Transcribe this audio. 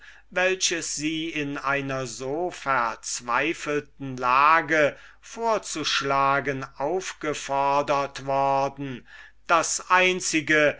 welches sie in einer so verzweifelten lage vorzuschlagen aufgefodert worden und das einzige